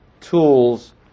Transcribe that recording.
tools